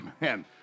man